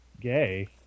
Gay